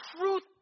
truth